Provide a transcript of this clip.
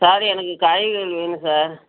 sir எனக்குக் காய்கறி வேணும் சார்